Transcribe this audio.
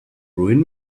ruin